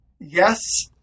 yes